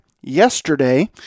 yesterday